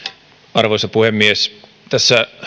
arvoisa puhemies tässä